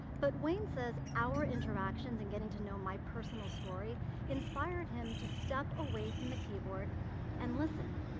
but wayne says, our interactions in getting to know my personal story inspired him to step away from the keyboard and listen.